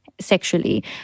Sexually